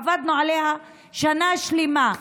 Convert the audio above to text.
עבדנו עליה שנה שלמה,